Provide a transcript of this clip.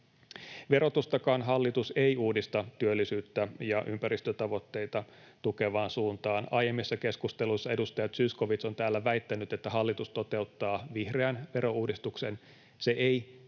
Verotustakaan hallitus ei uudista työllisyyttä ja ympäristötavoitteita tukevaan suuntaan. Aiemmissa keskusteluissa edustaja Zyskowicz on täällä väittänyt, että hallitus toteuttaa vihreän verouudistuksen.